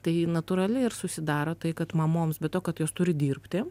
tai natūraliai ir susidaro tai kad mamoms be to kad jos turi dirbti